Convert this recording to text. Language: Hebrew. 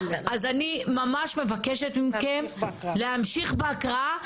אז אני ממש מבקשת מכם להמשיך בהקראה,